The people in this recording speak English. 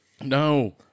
No